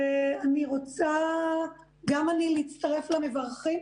גם אני רוצה להצטרף למברכים.